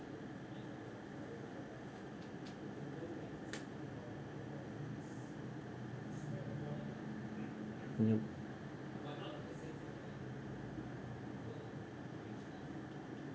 mm